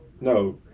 No